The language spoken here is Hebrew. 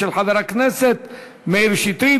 של חבר הכנסת מאיר שטרית,